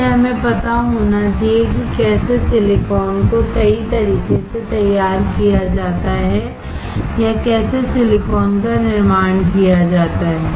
इसलिए हमें पता होना चाहिए कि कैसे सिलिकॉन को सही तरीके से तैयार किया जाता है या कैसे सिलिकॉन का निर्माण किया जाता है